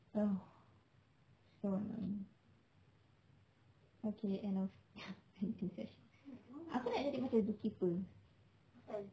oh so annoying okay end of ranting session aku nak jadi macam zookeeper